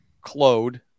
Claude